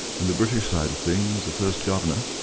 and the british side of things, the first governor,